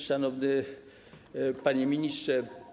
Szanowny Panie Ministrze!